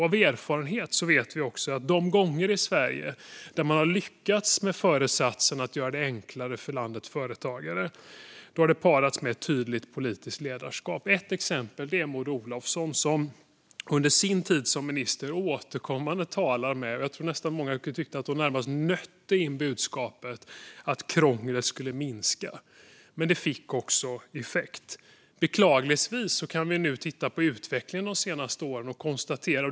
Av erfarenhet vet vi att de gånger man i Sverige har lyckats med föresatsen att göra det enklare för landets företagare har det parats med ett tydligt politiskt ledarskap. Ett exempel är Maud Olofsson, som under sin tid som minister återkommande talade om och, tror jag att många tyckte, närmast nötte in budskapet att krånglet skulle minska. Och det fick effekt. Beklagligtvis kan vi nu konstatera att utvecklingen de senaste åren går åt fel håll.